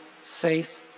safe